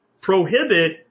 prohibit